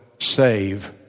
save